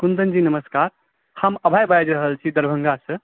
कुंदनजी नमस्कार हम अभय बाजि रहल छी दरभङ्गासँ